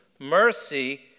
Mercy